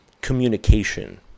communication